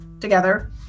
together